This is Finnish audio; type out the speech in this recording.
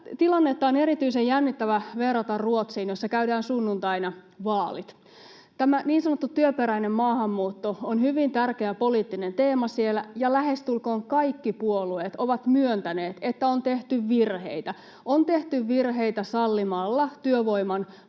tilannetta on erityisen jännittävä verrata Ruotsiin, jossa käydään sunnuntaina vaalit. Tämä niin sanottu työperäinen maahanmuutto on hyvin tärkeä poliittinen teema siellä, ja lähestulkoon kaikki puolueet ovat myöntäneet, että on tehty virheitä — on tehty virheitä sallimalla työvoiman vapaa